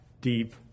deep